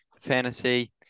Fantasy